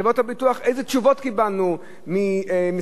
איזה תשובות קיבלנו ממשרד התחבורה?